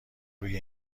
روی